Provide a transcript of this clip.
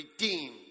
redeemed